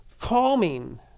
calming